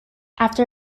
after